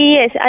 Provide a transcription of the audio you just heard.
Yes